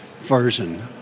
version